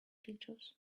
pictures